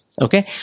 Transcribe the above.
Okay